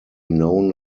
known